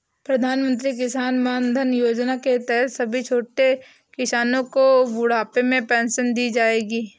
प्रधानमंत्री किसान मानधन योजना के तहत सभी छोटे किसानो को बुढ़ापे में पेंशन दी जाएगी